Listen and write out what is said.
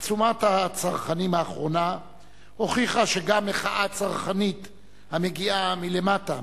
עצומת הצרכנים האחרונה הוכיחה שגם מחאה צרכנית המגיעה מלמטה,